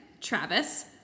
Travis